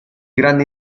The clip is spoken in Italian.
grande